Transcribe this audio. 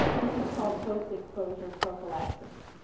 this is called post-exposure prophylaxis.